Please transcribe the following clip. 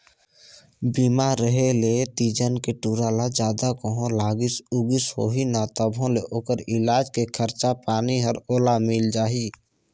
बीमा रेहे ले तीजन के टूरा ल जादा कहों लागिस उगिस होही न तभों ले ओखर इलाज के खरचा पानी हर ओला मिल जाही